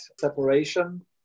separation